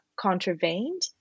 contravened